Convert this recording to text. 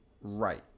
Right